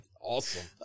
Awesome